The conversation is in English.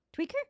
Tweaker